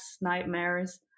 nightmares